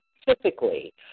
specifically